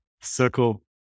circle